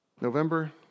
November